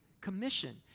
Commission